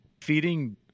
feeding